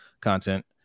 content